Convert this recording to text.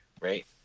right